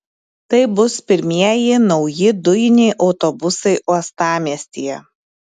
tai bus pirmieji nauji dujiniai autobusai uostamiestyje